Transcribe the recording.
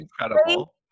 incredible